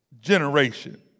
generation